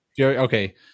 Okay